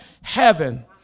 heaven